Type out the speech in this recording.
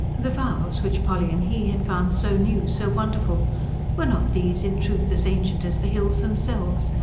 the vows which polly and he had found so new, so wonderful were not these, in truth, as ancient as the hills themselves,